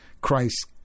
Christ